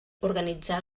organitzar